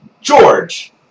George